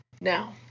Now